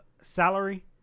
salary